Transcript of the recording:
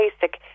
basic